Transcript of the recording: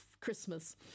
Christmas